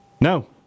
No